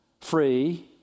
free